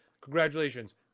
Congratulations